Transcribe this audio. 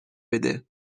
بده